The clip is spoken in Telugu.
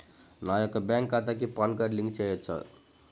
నా యొక్క బ్యాంక్ ఖాతాకి పాన్ కార్డ్ లింక్ చేయవచ్చా?